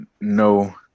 no –